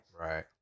Right